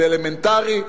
זה אלמנטרי.